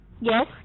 Yes